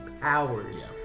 powers